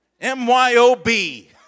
M-Y-O-B